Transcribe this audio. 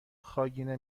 خاگینه